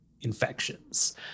infections